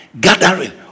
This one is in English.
gathering